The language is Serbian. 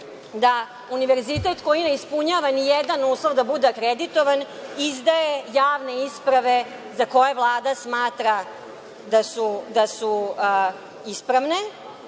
da univerzitet koji ne ispunjava ni jedan uslove da bude akreditovan izdaje javne isprave za koje Vlada smatra da su ispravne